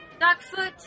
Duckfoot